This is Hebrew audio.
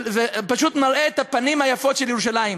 זה פשוט מראה את הפנים היפות של ירושלים.